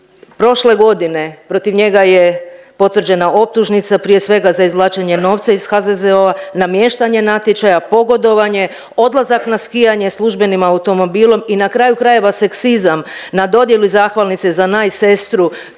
prošle godine, protiv njega je potvrđena optužnica, prije svega za izvlačenje novca iz HZZO-a, namještanje natječaja, pogodovanje, odlazak na skijanje službenim automobilom i na kraju krajeva, seksizam na dodjeli zahvalnice za najsestru kroz